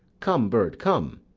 come, bird, come.